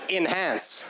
enhance